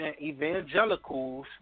evangelicals